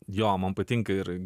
jo mum patinka ir